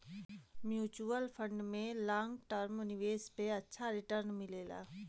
mutual fund में long term निवेश पे अच्छा रीटर्न मिलला